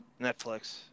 Netflix